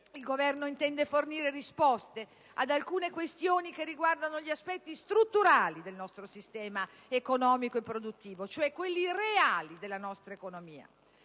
il Governo intende fornire risposte ad alcune questioni che riguardano gli aspetti strutturali del nostro sistema economico e produttivo, cioè quelli reali della nostra economia.